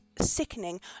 sickening